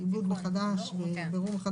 נקיים כאן דיון על 1.7 ועל 1.4,